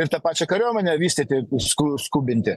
ir tą pačią kariuomenę vystyti sku skubinti